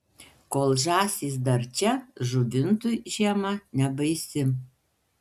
kol žąsys dar čia žuvintui žiema nebaisi